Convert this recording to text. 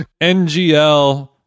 NGL